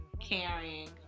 caring